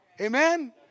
Amen